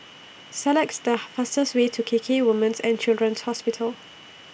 selects The fastest Way to K K Women's and Children's Hospital